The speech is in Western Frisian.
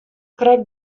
krekt